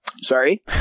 sorry